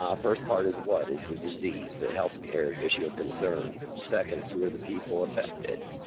um first part is what is the disease, the healthcare issue of concern? second is who are the people affected?